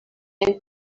and